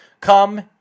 Come